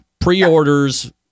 Pre-orders